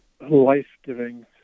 life-giving